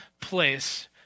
place